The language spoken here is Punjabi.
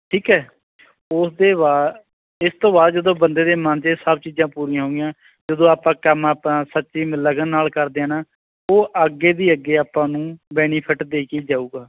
ਠੀਕ ਹੈ ਉਸਦੇ ਬਾ ਇਸ ਤੋਂ ਬਾਅਦ ਜਦੋਂ ਬੰਦੇ ਦੇ ਮਨ ਦੇ ਸਭ ਚੀਜ਼ਾਂ ਪੂਰੀਆਂ ਹੋਈਆਂ ਜਦੋਂ ਆਪਾਂ ਕੰਮ ਆਪਾਂ ਸੱਚੀ ਲਗਨ ਨਾਲ ਕਰਦੇ ਆ ਨਾ ਉਹ ਅੱਗੇ ਦੀ ਅੱਗੇ ਆਪਾਂ ਨੂੰ ਬੈਨੀਫਿਟ ਦੇ ਕੇ ਜਾਵੇਗਾ